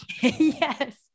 Yes